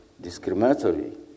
discriminatory